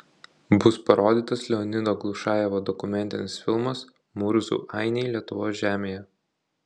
bus parodytas leonido glušajevo dokumentinis filmas murzų ainiai lietuvos žemėje